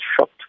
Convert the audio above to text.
shocked